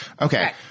Okay